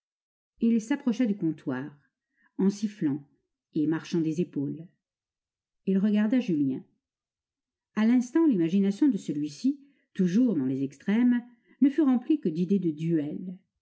il s'approcha du comptoir en sifflant et marchant des épaules il regarda julien a l'instant l'imagination de celui-ci toujours dans les extrêmes ne fut remplie que d'idées de duel